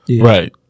right